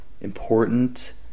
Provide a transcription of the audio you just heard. important